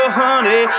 honey